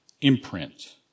imprint